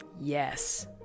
Yes